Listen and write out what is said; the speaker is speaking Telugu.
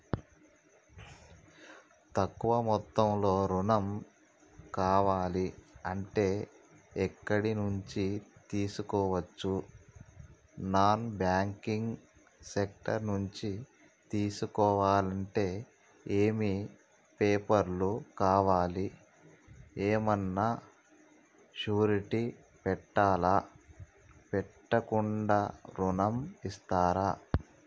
తక్కువ మొత్తంలో ఋణం కావాలి అంటే ఎక్కడి నుంచి తీసుకోవచ్చు? నాన్ బ్యాంకింగ్ సెక్టార్ నుంచి తీసుకోవాలంటే ఏమి పేపర్ లు కావాలి? ఏమన్నా షూరిటీ పెట్టాలా? పెట్టకుండా ఋణం ఇస్తరా?